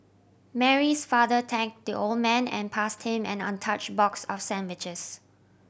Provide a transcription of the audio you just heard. Mary's father thank the old man and passed him an untouch box of sandwiches